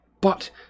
But